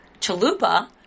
Chalupa